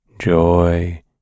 joy